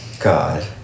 God